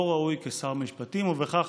לא ראוי כשר משפטים, ובכך